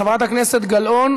גם חברת הכנסת גלאון